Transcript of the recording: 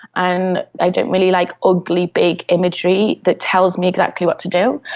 and i don't really like ugly, big imagery that tells me exactly what to do.